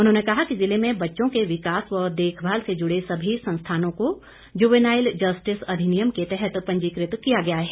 उन्होंने कहा कि जिले में बच्चों के विकास व देखभाल से जुड़े सभी संस्थानों को जुवेनाइल जस्टिस अधिनियम के तहत पंजीकृत किया गया है